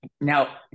Now